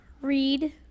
Read